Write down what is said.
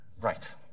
Right